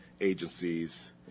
agencies